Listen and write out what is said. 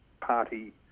party